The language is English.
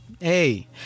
Hey